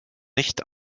nicht